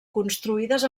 construïdes